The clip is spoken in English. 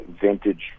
vintage